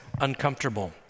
uncomfortable